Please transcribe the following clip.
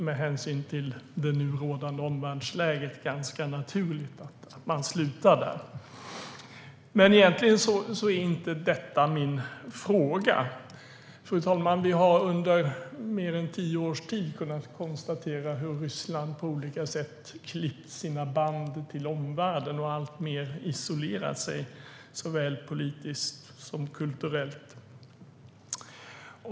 Med hänsyn till det nu rådande omvärldsläget är det väl ganska naturligt att man slutar där, fru talman. Egentligen är dock inte detta min fråga. Fru talman! Vi har under mer än tio års tid kunnat konstatera hur Ryssland på olika sätt har klippt sina band till omvärlden och alltmer isolerat sig såväl politiskt som kulturellt.